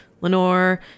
Lenore